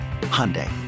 hyundai